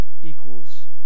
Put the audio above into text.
equals